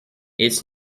its